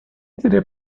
teria